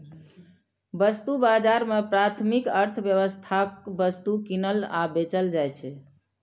वस्तु बाजार मे प्राथमिक अर्थव्यवस्थाक वस्तु कीनल आ बेचल जाइ छै